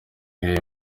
hey